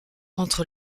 entre